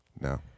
No